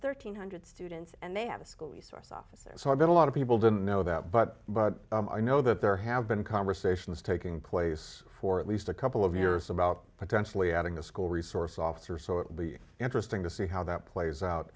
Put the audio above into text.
thirteen hundred students and they have a school resource officer so i bet a lot of people don't know that but but i know that there have been conversations taking place for at least a couple of years about potentially having a school resource officer so it will be interesting to see how that plays out